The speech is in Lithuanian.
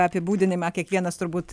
apibūdinimą kiekvienas turbūt